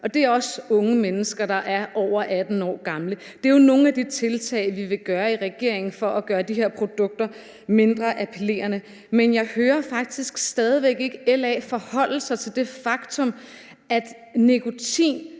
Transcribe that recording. gamle, er også unge mennesker. Det er jo nogle af de tiltag, vi vil gøre i regeringen for at gøre de her produkter mindre appellerende. Men jeg hører faktisk stadig væk ikke LA forholde sig til det faktum, at nikotin